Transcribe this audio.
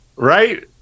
Right